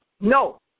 No